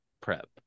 prep